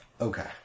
Okay